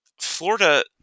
Florida –